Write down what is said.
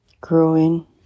Growing